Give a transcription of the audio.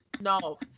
No